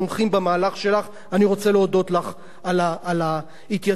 אני רוצה להודות לך על ההתייצבות שלך בעניין הזה.